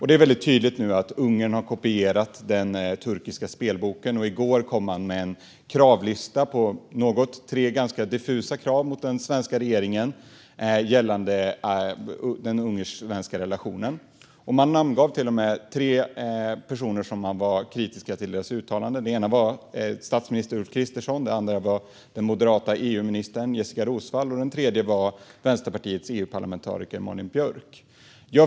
Det är nu tydligt att Ungern har kopierat den turkiska spelboken då man i går kom med en kravlista med tre ganska diffusa krav på den svenska regeringen gällande den ungersk-svenska relationen. Man namngav till och med tre personer vars uttalanden man var kritisk till: statsminister Ulf Kristersson, den moderata EU-ministern Jessika Roswall och Vänsterpartiets EU-parlamentariker Malin Björk.